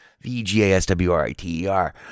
V-G-A-S-W-R-I-T-E-R